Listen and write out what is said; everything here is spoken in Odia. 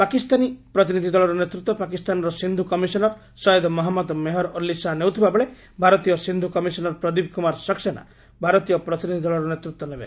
ପାକିସ୍ତାନୀ ପ୍ରତିନିଧି ଦଳର ନେତୃତ୍ୱ ପାକିସ୍ତାନର ସିନ୍ଧୁ କମିଶନର ସଏଦ୍ ମହମ୍ମଦ ମେହର ଅଲ୍ଲି ଶାହା ନେଉଥିବା ବେଳେ ଭାରତୀୟ ସିନ୍ଧୁ କମିଶନର ପ୍ରଦୀପ କୁମାର ସକ୍ସେନା ଭାରତୀୟ ପ୍ରତିନିଧି ଦଳର ନେତୃତ୍ୱ ନେବେ